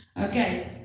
Okay